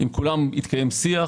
עם כולם התקיים שיח